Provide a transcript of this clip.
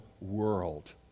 world